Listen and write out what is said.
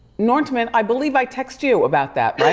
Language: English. norntman, i believe i text you about that, right?